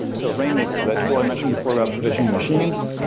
so rainmaker, that tool i mentioned before about provisioning machines.